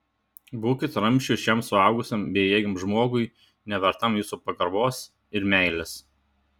būkit ramsčiu šiam suaugusiam bejėgiam žmogui nevertam jūsų pagarbos ir meilės